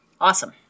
Awesome